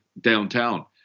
downtown